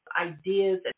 ideas